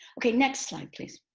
okay, next slide please.